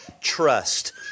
trust